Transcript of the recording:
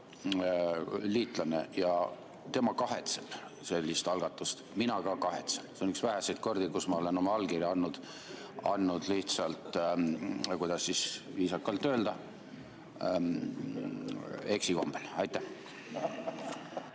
liitlane. Tema kahetseb sellist algatust ja mina ka kahetsen. See on üks väheseid kordi, kus ma olen oma allkirja andnud lihtsalt, kuidas viisakalt öelda, eksikombel. Aitäh!